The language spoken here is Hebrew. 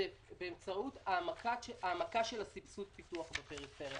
באמצעות העמקה של סבסוד הפיתוח בפריפריה.